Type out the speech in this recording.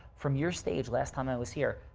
from your stage last time i was here,